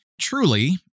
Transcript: Truly